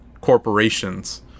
corporations